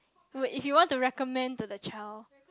wait if you want to recommend to the child